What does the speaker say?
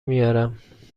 میارم